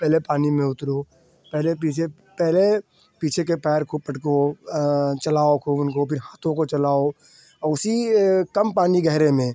पहले पानी में उतरो पहले पीछे पहले पीछे के पैर को पटको चलाओ खूब उनको फ़िर हाथों को चलाओ और उसी कम पानी गहरे में